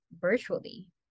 virtually